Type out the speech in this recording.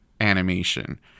animation